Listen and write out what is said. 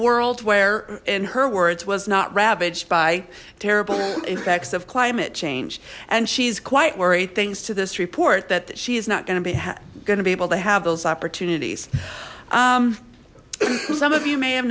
world where in her words was not ravaged by terrible effects of climate change and she's quite worried things to this report that she is not going to be gonna be able to have those opportunities some of you may have